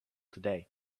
today